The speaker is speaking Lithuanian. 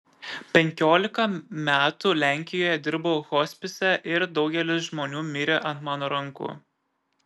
penkiolika metų lenkijoje dirbau hospise ir daugelis žmonių mirė ant mano rankų